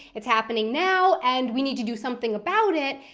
it's happening now and we need to do something about it,